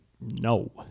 No